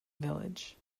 village